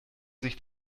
sich